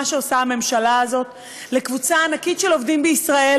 למה שעושה הממשלה הזאת לקבוצה ענקית של עובדים בישראל,